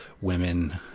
women